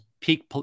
peak